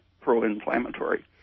pro-inflammatory